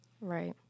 right